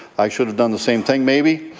i should have done the same thing, maybe.